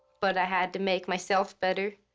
but i had to make myself better.